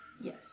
Yes